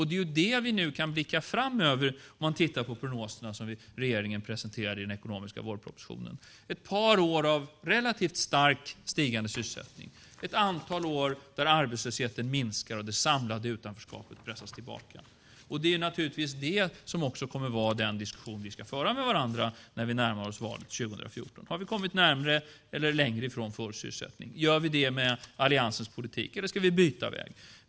Det är det vi nu kan blicka fram över om vi tittar på de prognoser som regeringen presenterade i den ekonomiska vårpropositionen: ett par år av relativt starkt stigande sysselsättning och ett antal år där arbetslösheten minskar och det samlade utanförskapet pressas tillbaka. Det är naturligtvis detta som också kommer att vara den diskussion vi ska föra med varandra när vi närmar oss valet 2014: Har vi kommit närmare eller längre ifrån full sysselsättning? Gör vi det med Alliansens politik, eller ska vi byta väg?